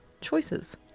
choices